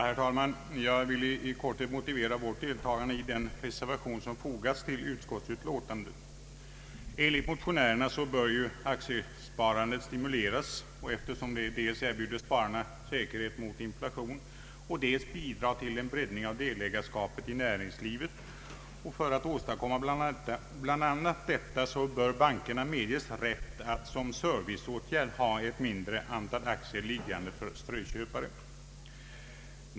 Herr talman! Jag vill i korthet motivera vårt deltagande i den reservation som fogats till utskottsutlåtandet. Enligt motionärerna bör aktiesparandet stimuleras, eftersom det dels erbjuder spararna säkerhet mot inflation, dels bidrar till en breddning av delägarskapet i näringslivet. För att åstadkomma detta ökade aktiesparande bör, anser motionärerna, bankerna medges rätt att som en serviceåtgärd ha ett mindre antal aktier liggande för strököpare.